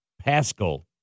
Pascal